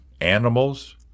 animals